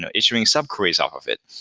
and issuing sub-queries off of it.